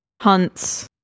hunts